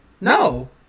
no